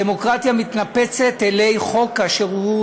הדמוקרטיה מתנפצת אלי חוק כאשר הוא,